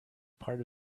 part